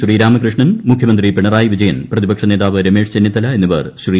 ശ്രീരാമകൃഷ്ണൻ മുഖ്യമന്ത്രി പിണറായി വിജയൻ പ്രതിപക്ഷ നേതാവ് രമേശ് ചെന്നിത്തല എന്നിവർ ശ്രീ